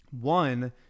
One